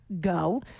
Go